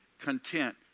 content